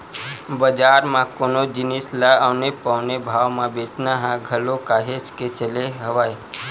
बजार म कोनो जिनिस ल औने पौने भाव म बेंचना ह घलो काहेच के चले हवय